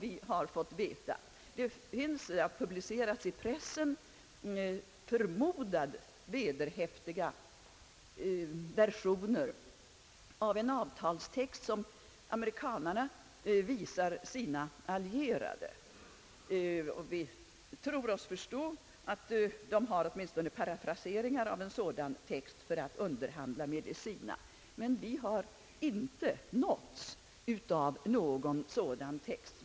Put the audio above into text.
I pressen har publicerats förmodat vederhäftiga versioner av en avtalstext, som amerikanarna visar sina allierade för att underhandla med dem. Men vi har inte delgivits någon text.